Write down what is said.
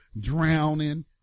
drowning